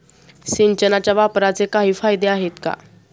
सिंचनाच्या वापराचे काही फायदे आहेत का?